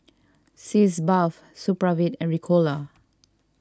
Sitz Bath Supravit and Ricola